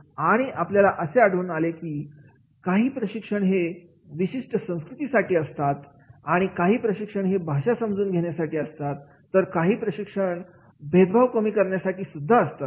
आणि आपल्याला असे आढळून आले की काही प्रशिक्षण हे विशिष्ट संस्कृती साठी असतात काही प्रशिक्षण हे भाषा समजून घेण्यासाठी असतात तर काही प्रशिक्षण पण भेदभाव कमी करण्यासाठी असतात